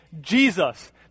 Jesus